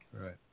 Right